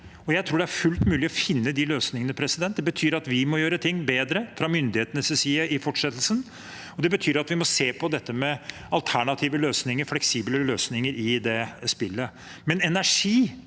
jeg tror det er fullt mulig å finne de løsningene. Det betyr at vi må gjøre ting bedre fra myndighetenes side i fortsettelsen, og det betyr at vi må se på dette med alternative løsninger, fleksible løsninger, i det spillet.